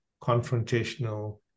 confrontational